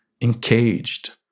encaged